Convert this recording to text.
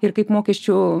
ir kaip mokesčių